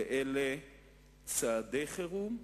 ואלה צעדי חירום,